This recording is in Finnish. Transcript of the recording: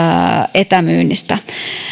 etämyynnistä